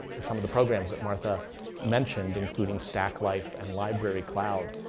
some of the programs that martha mentioned, including stacklife and library cloud.